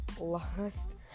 lost